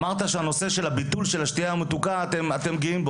אמרת שבנושא ביטול השתייה המתוקה אתם גאים.